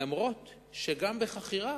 אף-על-פי שגם בחכירה